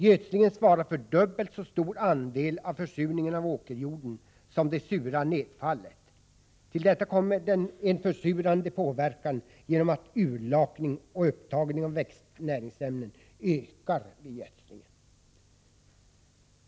Gödslingen svarar för dubbelt så stor andel av försurningen av åkerjorden som det sura nedfallet. Till detta kommer en försurande påverkan genom att urlakning och upptagning av växtnäringsämnen ökar vid gödslingen.